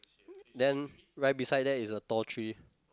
then right beside that is a tall tree